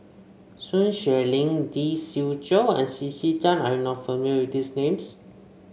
Sun Xueling Lee Siew Choh and C C Tan are you not familiar with these names